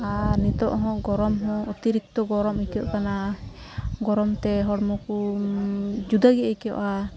ᱟᱨ ᱱᱤᱛᱚᱜᱦᱚᱸ ᱜᱚᱨᱚᱢᱦᱚᱸ ᱚᱛᱤᱨᱤᱠᱛᱚ ᱜᱚᱨᱚᱢ ᱟᱹᱭᱠᱟᱹᱜ ᱠᱟᱱᱟ ᱜᱚᱨᱚᱢᱛᱮ ᱦᱚᱲᱢᱚᱠᱚ ᱡᱩᱫᱟᱹᱜᱮ ᱟᱹᱭᱠᱟᱹᱜᱼᱟ